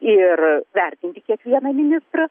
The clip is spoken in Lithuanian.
ir vertinti kiekvieną ministrą